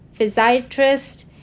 physiatrist